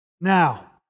Now